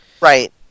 Right